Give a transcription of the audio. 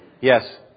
Yes